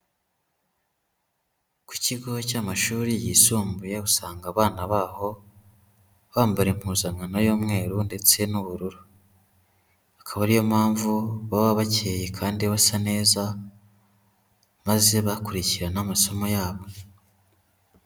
Ku kigo cy'amashuri yisumbuye usanga abana baho bambara impuzankano y'umweru ndetse n'ubururu, akaba ariyo mpamvu baba bakeye kandi basa neza maze bakurikirana n'amasomo yabo.